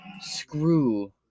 screw